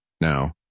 Now